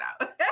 out